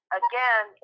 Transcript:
again